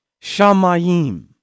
shamayim